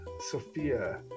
Sophia